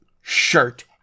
shirt